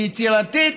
היא יצירתית,